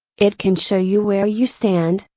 it can show you where you stand,